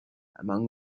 among